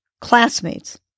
classmates